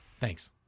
Thanks